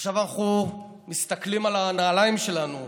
אנחנו מסתכלים על הנעליים שלנו,